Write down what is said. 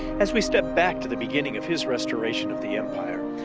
as we step back to the beginning of his restoration of the empire,